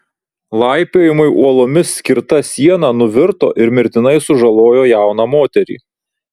laipiojimui uolomis skirta siena nuvirto ir mirtinai sužalojo jauną moterį